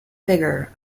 figure